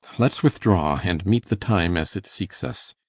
let's withdraw, and meet the time as it seeks us.